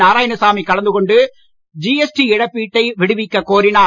நாராயணசாமி கலந்துகொண்டு ஜிஎஸ்டி இழப்பீட்டை விடுவிக்கக் கோரினார்